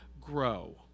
grow